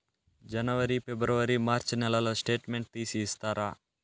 జనవరి, ఫిబ్రవరి, మార్చ్ నెలల స్టేట్మెంట్ తీసి ఇస్తారా?